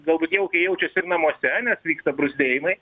galbūt jaukiai jaučiasi ir namuose nes vyksta bruzdėjimai